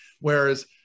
Whereas